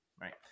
right